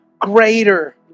greater